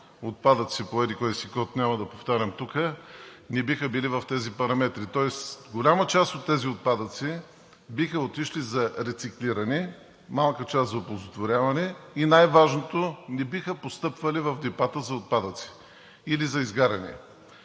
отпадъци по еди-кой си код – няма да го повтарям тук, не биха били в тези параметри. Тоест голяма част от тези отпадъци биха отишли за рециклиране, малка част за оползотворяване и най-важното – не биха постъпвали в депата за отпадъци или за изгаряне.